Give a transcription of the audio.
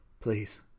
Please